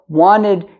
wanted